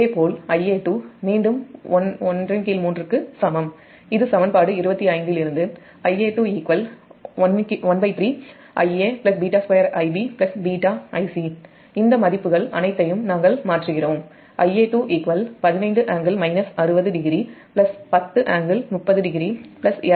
இதேபோல் Ia2 மீண்டும் 13 க்கு சமம் இது சமன்பாடு 25 இலிருந்து Ia2 13Iaβ2Ib β Ic இந்த மதிப்புகள் அனைத்தையும் நாங்கள் மாற்றுகிறோம் Ia2 15∟ 60o10∟30o2400 18∟154o120◦ எனவே Ia2 ஆனது 13